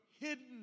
hidden